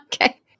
Okay